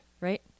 Right